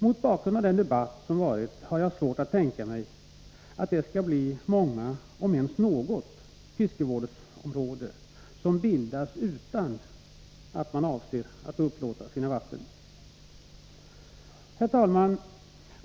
Mot bakgrund av den debatt som varit har jag svårt att tänka mig att det skulle bli många fiskevårdsområden — om ens något — som bildas utan att man avser att upplåta sina vatten. Herr talman!